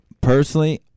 Personally